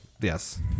yes